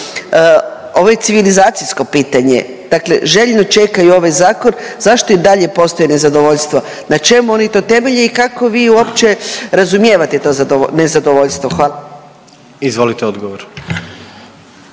ovo je civilizacijsko pitanje, dakle željno čekaju ovaj zakon, zašto i dalje postoji nezadovoljstvo? Na čemu oni to temelje i kako vi uopće razumijevate to nezadovoljstvo? Hvala. **Jandroković,